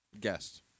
guest